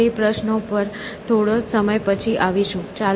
આપણે તે પ્રશ્નો પર થોડા સમય પછી આવીશું